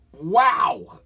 Wow